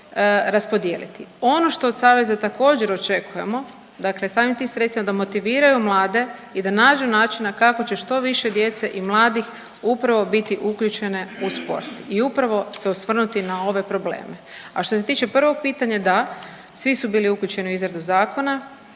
raspodijeliti. Ono što od saveza također očekujemo, dakle samim tim sredstvima da motiviraju mlade i nađu načina kako će što više djece i mladih upravo biti uključene u sport i upravo se osvrnuti na ove probleme. A što se tiče prvog pitanja, da svi su bili uključeni u izradu zakona